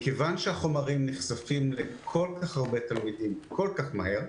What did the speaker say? מכיוון שהחומרים נחשפים לכל-כך הרבה תלמידים כל-כך מהר,